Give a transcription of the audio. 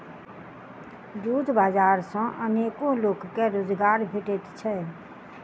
दूध बाजार सॅ अनेको लोक के रोजगार भेटैत छै